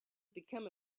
become